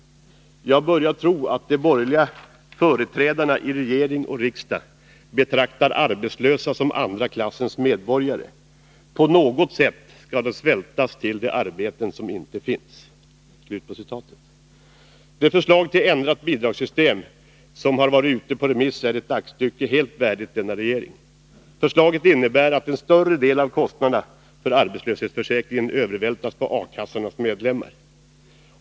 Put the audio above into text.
Jag börjar tro att de borgerliga företrädarna i regering och riksdag betraktar arbetslösa som andra klassens medborgare. På något sätt skall de svältas till arbeten som ej finns.” Det förslag till ändrat bidragssystem som har varit ute på remiss är ett aktstycke helt värdigt denna regering. Förslaget innebär att en större del av kostnaderna för arbetslöshetsförsäkringen övervältras på A-kassornas medlemmar.